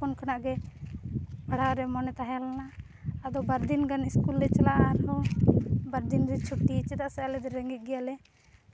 ᱦᱚᱯᱚᱱ ᱠᱷᱚᱱᱟᱜ ᱜᱮ ᱯᱟᱲᱦᱟᱜᱨᱮ ᱢᱚᱱᱮ ᱛᱟᱦᱮᱸᱞᱮᱱᱟ ᱟᱫᱚ ᱵᱟᱨᱫᱤᱱ ᱜᱟᱱ ᱥᱠᱩᱞᱼᱞᱮ ᱪᱟᱞᱟᱜᱼᱟ ᱟᱨᱦᱚᱸ ᱵᱟᱨᱫᱤᱱ ᱫᱚ ᱪᱷᱩᱴᱤ ᱪᱮᱫᱟᱜ ᱥᱮ ᱟᱞᱮᱫᱚ ᱨᱮᱸᱜᱮᱡ ᱜᱮᱭᱟᱞᱮ